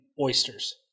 oysters